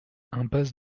impasse